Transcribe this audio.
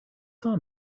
saw